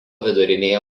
vidurinėje